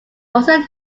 also